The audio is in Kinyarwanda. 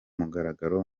mugaragaro